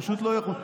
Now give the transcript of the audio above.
פשוט לא יחולו,